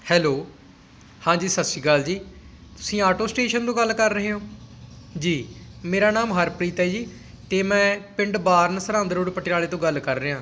hello ਹਾਂਜੀ ਸਤਿ ਸ਼੍ਰੀ ਅਕਾਲ ਜੀ ਤੁਸੀਂ ਆਟੋ ਸਟੇਸ਼ਨ ਤੋਂ ਗੱਲ ਕਰ ਰਹੇ ਹੋ ਜੀ ਮੇਰਾ ਨਾਮ ਹਰਪ੍ਰੀਤ ਹੈ ਜੀ ਅਤੇ ਮੈਂ ਪਿੰਡ ਬਾਰਨ ਸਰਹੰਦ ਰੋਡ ਪਟਿਆਲੇ ਤੋਂ ਗੱਲ ਕਰ ਰਿਹਾ